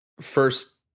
first